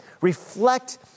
Reflect